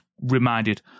Reminded